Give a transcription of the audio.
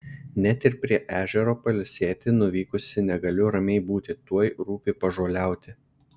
net ir prie ežero pailsėti nuvykusi negaliu ramiai būti tuoj rūpi pažoliauti